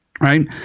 right